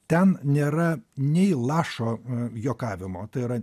ten nėra nei lašo juokavimo tai yra